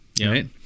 right